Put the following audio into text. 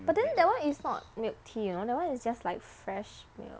but then that [one] is not milk tea you know that [one] is just like fresh milk